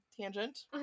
tangent